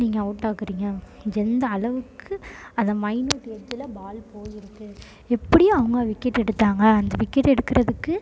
நீங்கள் அவுட்டாக்குறீங்க எந்த அளவுக்கு அந்த மைனூட்டா எட்ஜில் பால் போய்ருக்கு எப்படியும் அவங்க விக்கெட் எடுத்தாங்க அந்த விக்கெட் எடுக்கிறதுக்கு